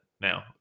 now